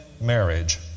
marriage